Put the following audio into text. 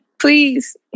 Please